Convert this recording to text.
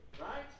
right